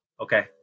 Okay